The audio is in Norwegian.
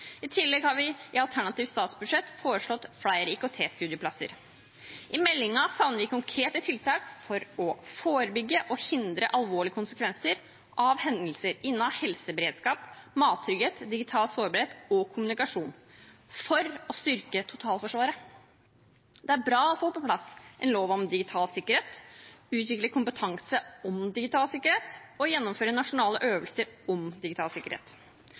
I tillegg har vi i alternativt statsbudsjett foreslått flere IKT-studieplasser. I meldingen savner vi konkrete tiltak for å forebygge og hindre alvorlige konsekvenser av hendelser innen helseberedskap, mattrygghet, digital sårbarhet og kommunikasjon – for å styrke totalforsvaret. Det er bra å få på plass en lov om digital sikkerhet, utvikle kompetanse om digital sikkerhet og gjennomføre nasjonale øvelser om digital sikkerhet.